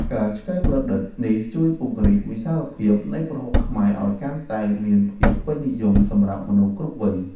ការច្នៃប្រឌិតនេះជួយពង្រីកវិសាលភាពនៃប្រហុកខ្មែរឱ្យកាន់តែមានភាពពេញនិយមសម្រាប់មនុស្សគ្រប់វ័យ។